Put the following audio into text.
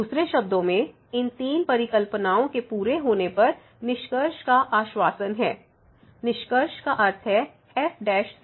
दूसरे शब्दों में इन तीन परिकल्पनाओं के पूरे होने पर निष्कर्ष का आश्वासन है निष्कर्ष का अर्थ है f 0